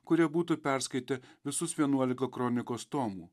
kurie būtų perskaitę visus vienuolika kronikos tomų